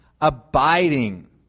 abiding